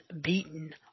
beaten